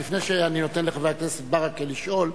לפני שאני נותן לחבר הכנסת ברכה לשאול,